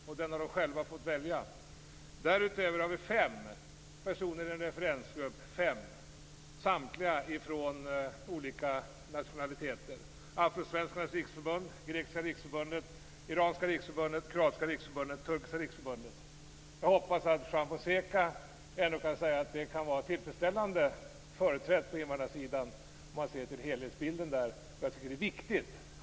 Därutöver har vi fem personer i en referensgrupp, samtliga av olika nationaliteter. Det gäller Afrosvenskarnas riksförbund, Grekiska riksförbundet, Iranska riksförbundet, Kroatiska riksförbundet och Turkiska riksförbundet. Jag hoppas att Juan Fonseca ändå kan säga att det är en tillfredsställande representation på invandrarsidan, sett till helhetsbilden. Jag tycker att det är viktigt.